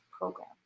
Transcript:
program